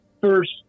first